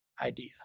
idea